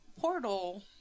portal